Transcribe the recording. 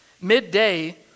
Midday